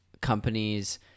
companies